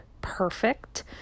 perfect